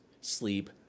sleep